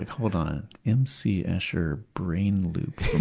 hold on, m. c. escher brain loop